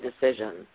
decision